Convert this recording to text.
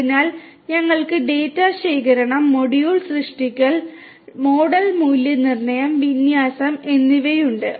അതിനാൽ ഞങ്ങൾക്ക് ഡാറ്റ ശേഖരണം മോഡൽ സൃഷ്ടിക്കൽ മോഡൽ മൂല്യനിർണ്ണയം വിന്യാസം എന്നിവയുണ്ട്